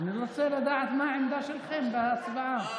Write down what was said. אני רוצה לדעת מה העמדה שלכם בהצבעה.